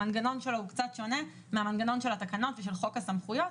המנגנון שלו הוא קצת שונה מהמנגנון של התקנות ושל חוק הסמכויות,